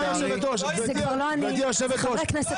גברתי יושבת הראש,